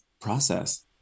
process